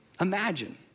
Imagine